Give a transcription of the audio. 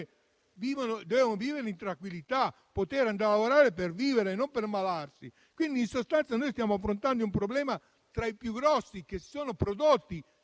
devono vivere in tranquillità, poter andare a lavorare per vivere e non per ammalarsi. In sostanza noi stiamo affrontando un problema tra i più importanti.